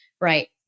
right